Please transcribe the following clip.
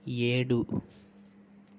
ఏడు